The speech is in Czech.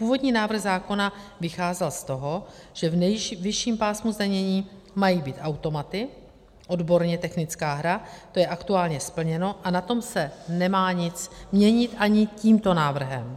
Původní návrh zákona vycházel z toho, že v nejvyšším pásmu zdanění mají být automaty, odborně technická hra, to je aktuálně splněno a na tom se nemá nic měnit ani tímto návrhem.